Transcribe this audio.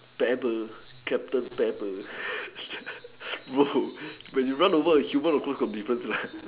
pepper captain pepper bro when you run over a human of course got difference leh